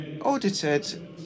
audited